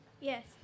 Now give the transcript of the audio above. Yes